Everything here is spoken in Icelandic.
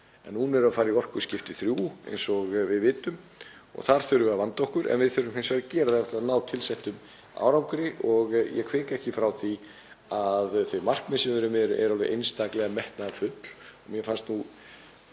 Núna erum við að fara í orkuskipti þrjú eins og við vitum, og þar þurfum við að vanda okkur. En við þurfum hins vegar að gera það til að ná tilsettum árangri og ég hvika ekki frá því að þau markmið sem við erum með eru alveg einstaklega metnaðarfull. Mér fannst nú